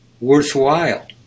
worthwhile